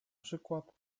przykład